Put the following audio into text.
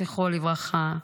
זכרו לברכה,